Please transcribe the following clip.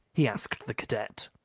he asked the cadet.